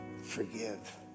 forgive